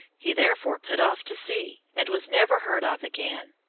he therefore put off to sea, and was never heard of again.